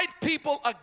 people